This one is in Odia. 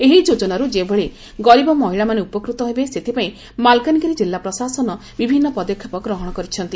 ଏହି ଯୋଜନାରୁ ଯେଭଳି ଗରିବ ମହିଳାମାନେ ଉପକୃତ ହେବେ ସେଥିପାଇଁ ମାଲକାନଗିରି ଜିଲ୍ଲା ପ୍ରଶାସନ ବିଭିନ୍ ପଦକ୍ଷେପ ଗ୍ରହଶ କରିଛନ୍ତି